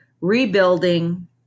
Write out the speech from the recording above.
rebuilding